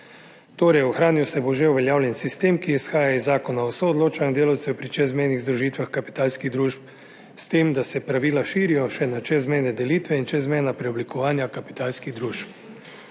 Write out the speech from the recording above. Torej, ohranil se bo že uveljavljen sistem, ki izhaja iz Zakona o soodločanju delavcev pri čezmejnih združitvah kapitalskih družb, s tem da se pravila širijo še na čezmejne delitve in čezmejna preoblikovanja kapitalskih družb.